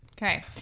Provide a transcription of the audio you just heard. okay